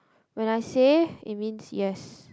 when I say it means yes